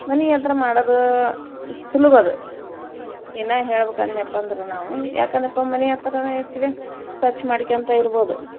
ಮನೆ ಹತ್ರ ಮಾಡೋದು ಸುಲಭ ಅದ ಇನ್ನೂ ಹೇಳ್ಬೇಕು ಅಂದ್ನ್ಯಪ್ಪ ಅಂದ್ರೆ ನಾವು ಯಾಕಂದರಪ್ಪ ಮನೆ ಹತ್ರನೆ ಇರ್ತೀವಿ ಸ್ವಚ್ಛ ಮಾಡ್ಕೊಂತ ಇರ್ಬೋದು